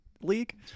League